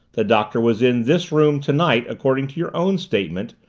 the doctor was in this room tonight, according to your own statement,